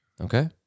Okay